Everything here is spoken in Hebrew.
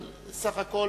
אבל סך הכול